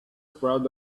proud